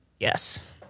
Yes